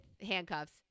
handcuffs